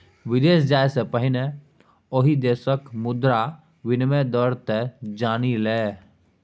विदेश जाय सँ पहिने ओहि देशक मुद्राक विनिमय दर तँ जानि ले